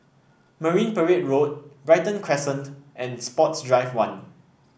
Marine Parade Road Brighton Crescent and Sports Drive One